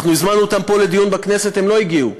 אנחנו הזמנו אותם פה לדיון בכנסת, הם לא הגיעו.